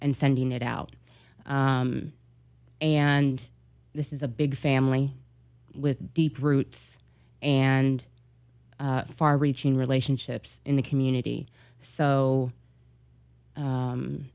and sending it out and this is a big family with deep roots and far reaching relationships in the community so